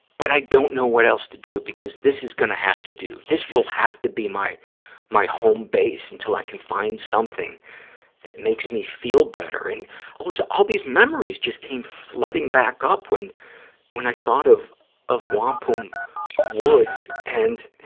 but i don't know what else to do, because this is going to have to do. this will have to be my my home base until i can find something that makes me feel better. and all these memories just came flooding back up when when i thought of of wampum woods and,